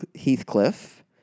Heathcliff